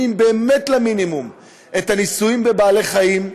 באמת למינימום את הניסויים בבעלי-חיים,